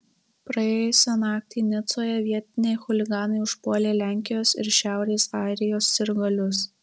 praėjusią naktį nicoje vietiniai chuliganai užpuolė lenkijos ir šiaurės airijos sirgalius